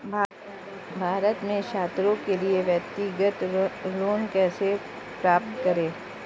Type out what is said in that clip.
भारत में छात्रों के लिए व्यक्तिगत ऋण कैसे प्राप्त करें?